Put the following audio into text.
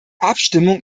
abstimmung